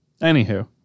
Anywho